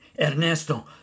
Ernesto